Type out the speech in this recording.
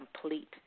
complete